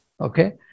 Okay